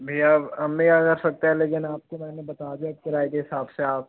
भैया हम भी क्या कर सकते है लेकिन आपको मैंने बता दिया किराये के हिसाब से आप